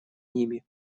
ним